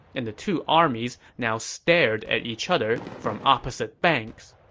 and the two armies now stared at each other from opposite banks